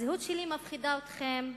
הזהות שלי מפחידה אתכם,